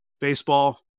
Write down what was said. Baseball